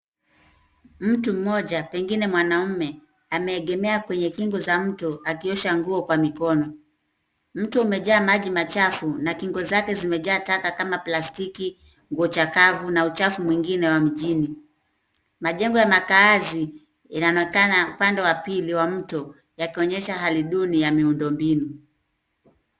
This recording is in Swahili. Mtu mmoja, pengine mwanamme, ameegemea kwenye kingo za mto akiosha nguo kwa mikono. Mto umejaa maji machafu na kingo zake zimejaa taka kama plastiki, nguo chakavu na uchafu mwingine wa mjini. Majengo ya makaazi inaonekana upande wa pili wa mto yakionyesha hali duni ya miundombinu.